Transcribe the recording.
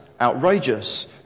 outrageous